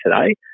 today